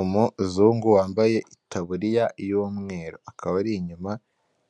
Umuzungu wambaye itaburiya y'umweru akaba ari inyuma